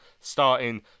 starting